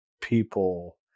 people